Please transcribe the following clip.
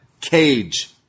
Cage